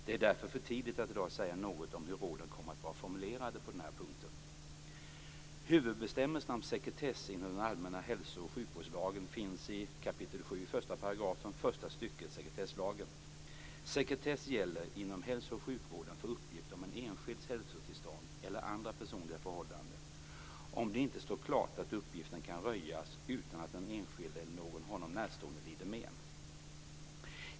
Det är därför för tidigt att i dag säga något om hur råden kommer att vara formulerade på den här punkten. första stycket sekretesslagen . Sekretess gäller inom hälso och sjukvården för uppgift om en enskilds hälsotillstånd eller andra personliga förhållanden, om det inte står klart att uppgiften kan röjas utan att den enskilde eller någon honom närstående lider men.